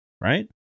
right